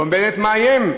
ועוד בנט מאיים,